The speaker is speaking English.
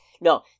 No